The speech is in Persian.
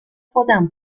خودم